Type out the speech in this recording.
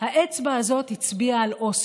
האצבע הזאת הצביעה על אוסלו.